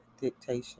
dictation